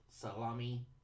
Salami